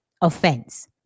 offense